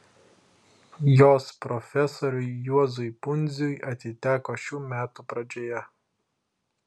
jos profesoriui juozui pundziui atiteko šių metų pradžioje